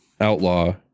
outlaw